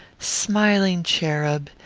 smiling cherub!